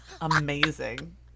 amazing